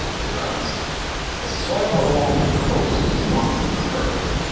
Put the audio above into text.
it runs the soyle along the coast is not deep of earth,